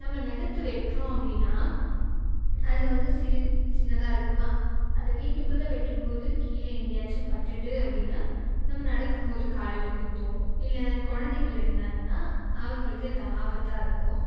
நம்ம நகத்த வெட்டுறோம் அப்படின்னா அது வந்து சிறி சின்னதாக இருக்குமா அது வீட்டுக்குள்ளே வெட்டும்போது கீழே எங்கேயாச்சும் பட்டுட்டு அப்படின்னா நம்ம நடக்கும்போது காலில் குத்தும் இல்லை குழந்தைகள் இருந்தாங்கன்னால் அவங்களுக்கு இது ஆபத்தாக இருக்கும்